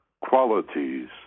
qualities